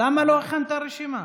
למה לא הכנסת רשימה?